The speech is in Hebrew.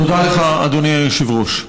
תודה לך, אדוני היושב-ראש.